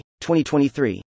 2023